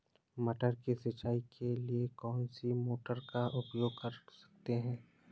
मटर की सिंचाई के लिए कौन सी मोटर का उपयोग कर सकते हैं?